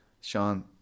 Sean